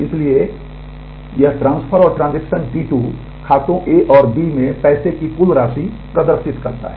इसलिए यह ट्रांसफर और ट्रांजेक्शन T2 खातों A और B में पैसे की कुल राशि प्रदर्शित करता है